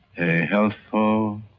a healthful